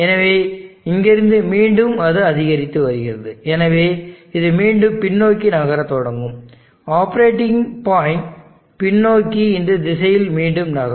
எனவே இங்கிருந்து மீண்டும் அது அதிகரித்து வருகிறது எனவே இது மீண்டும் பின்னோக்கி நகரத் தொடங்கும் ஆப்பரேட்டிங் பாயிண்ட் பின்னோக்கி இந்த திசையில் மீண்டும் நகரும்